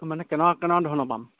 মানে কেনেকুৱা কেনেকুৱা ধৰণৰ পাম